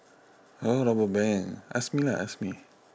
oh rubber band ask me lah ask me